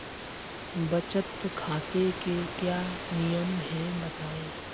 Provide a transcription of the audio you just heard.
बचत खाते के क्या नियम हैं बताएँ?